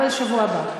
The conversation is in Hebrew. אבל בשבוע הבא.